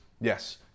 Yes